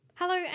Hello